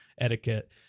etiquette